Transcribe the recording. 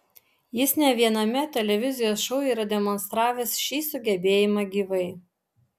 jis ne viename televizijos šou yra demonstravęs šį sugebėjimą gyvai